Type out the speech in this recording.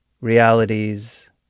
Realities